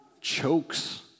chokes